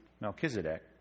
Melchizedek